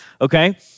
Okay